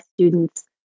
students